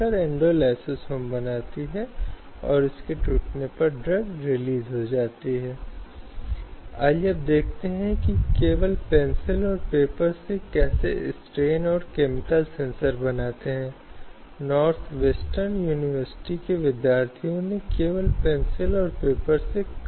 यदि आप मेरे लिए ऐसा करते हैं तो मैं आपको वह दूँगा इसलिए यह आम तौर पर दूसरे के बदले में होता है और यह विभिन्न वादों के लिए होता है जो एक या दूसरे यौन एहसान की पूर्ति के लिए किसी व्यक्ति को दिया जा सकता है